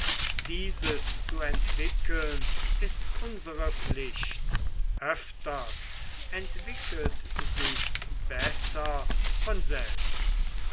dieses zu entwickeln ist unsere pflicht öfters entwickelt sich's besser von selbst